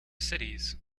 cities